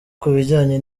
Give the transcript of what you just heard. kubijyanye